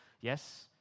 yes